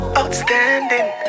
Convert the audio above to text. outstanding